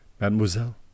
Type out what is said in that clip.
Mademoiselle